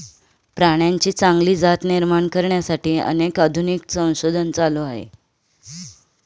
प्राण्यांची चांगली जात निर्माण करण्यासाठी अनेक आधुनिक संशोधन चालू आहे